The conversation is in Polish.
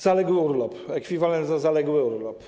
Zaległy urlop, ekwiwalent za zaległy urlop.